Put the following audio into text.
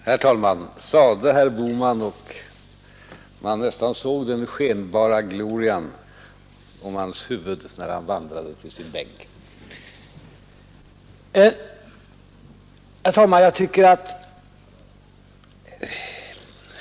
Herr talman! Sade herr Bohman, och man nästan såg den skenbara glorian om hans huvud när han vandrade till sin bänk. Herr talman!